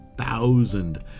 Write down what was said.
thousand